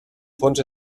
fons